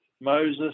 Moses